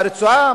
ברצועה,